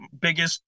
biggest